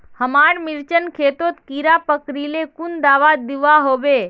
हमार मिर्चन खेतोत कीड़ा पकरिले कुन दाबा दुआहोबे?